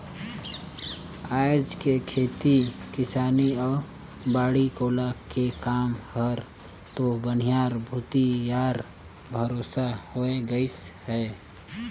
आयज के खेती किसानी अउ बाड़ी कोला के काम हर तो बनिहार भूथी यार भरोसा हो गईस है